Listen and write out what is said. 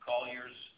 Collier's